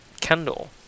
candle